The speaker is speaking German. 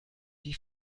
die